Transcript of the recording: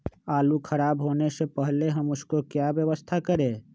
आलू खराब होने से पहले हम उसको क्या व्यवस्था करें?